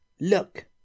look